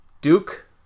Duke